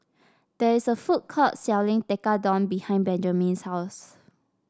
there is a food court selling Tekkadon behind Benjamin's house